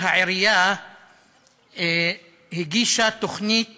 העירייה הגישה תוכנית